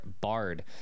BARD